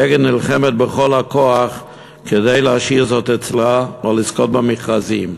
"אגד" נלחמת בכל הכוח כדי להשאיר זאת אצלה או לזכות במכרזים.